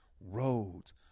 roads